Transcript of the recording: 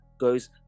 goes